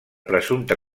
presumpta